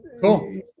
Cool